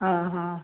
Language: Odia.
ହଁ ହଁ